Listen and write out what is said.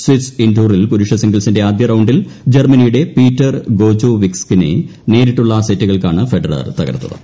Swiss ഇൻഡോറിൽ പുരുഷ സിംഗിൾസിന്റെ ആദ്യ റൌണ്ടിൽ ജർമനിയുടെ പീറ്റർ ഗോജോവിസ്കിനെ നേരിട്ടുള്ള സെറ്റുകൾക്കാണ് ഫെഡറർ തകർത്തത്